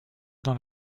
dans